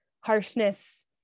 harshness